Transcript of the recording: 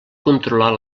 controlar